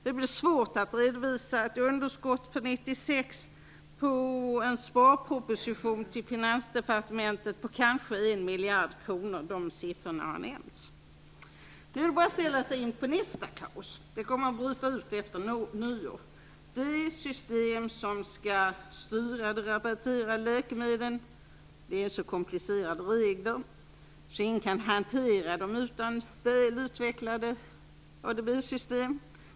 Det blir svårt att redovisa ett underskott för 96 på kanske 1 miljard kronor till Finanspartementet. De siffrorna har nämnts. Nu gäller det bara att ställa in sig på nästa kaos. Det kommer att bryta ut efter nyår. Det system som skall styra de rabatterade läkemedlen innebär så komplicerade regler att ingen kan hantera det utan väl utvecklade ADB-system.